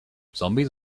zombies